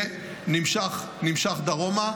ונמשך דרומה.